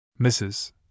Mrs